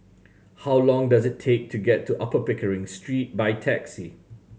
how long does it take to get to Upper Pickering Street by taxi